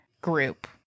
group